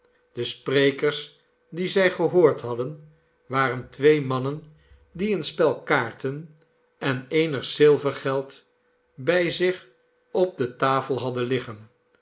de sprekers die zij gehoord hadden waren twee mannen die een spel kaarten en eenig zilvergeld bij zich op de tafel hadden liggen